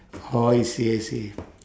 orh I see I see